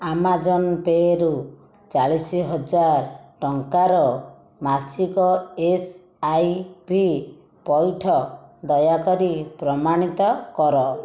Amazon ପେରୁ ଚାଳିଶି ହଜାର ଟଙ୍କାର ମାସିକ ଏସ୍ଆଇପି ପଇଠ ଦୟାକରି ପ୍ରମାଣିତ କର